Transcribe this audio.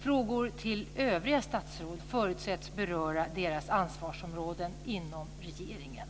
Frågor till övriga statsråd förutsätts beröra deras ansvarsområden inom regeringen.